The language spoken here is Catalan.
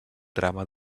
drama